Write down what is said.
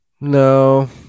No